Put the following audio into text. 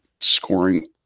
scoring